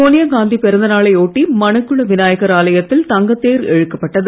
சோனியாகாந்தி பிறந்தநாளை ஒட்டி மணக்குளவிநாயகர் ஆலயத்தில் தங்கத்தேர் இழுக்கப்பட்டது